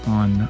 on